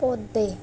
ਪੌਦੇ